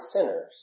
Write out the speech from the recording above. sinners